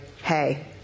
Hey